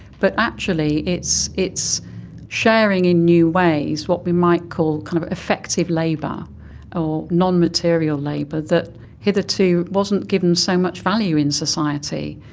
but actually it's it's sharing in new ways what we might call kind of effective labour or nonmaterial labour that hitherto wasn't given so much value in society.